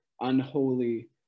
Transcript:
unholy